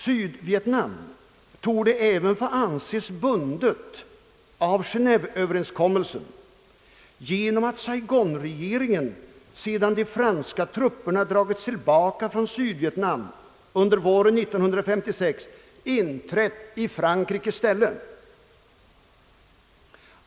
Sydvietnam =<torde dock få anses bundet av Genéveöverenskommelsen genom att saigonregeringen, sedan de franska trupperna dragits tillbaka från Sydvietnam under våren 1956, inträtt i Frankrikes ställe.